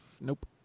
nope